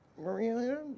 Maria